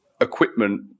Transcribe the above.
equipment